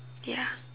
ya